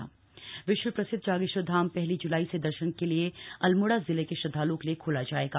ज्ञागेश्वर धाम विश्व प्रसिद्ध जागेश्वर धाम पहली जुलाई से दर्शन के लिए अल्मोड़ा जिले के श्रद्धाल्ओं के लिए खोला जायेगा